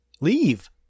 Leave